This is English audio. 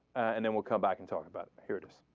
and then we'll come back and talk about here's